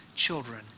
children